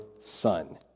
son